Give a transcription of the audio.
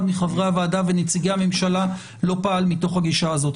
מחברי הוועדה ונציגי הממשלה לא פעל מתוך הגישה הזאת.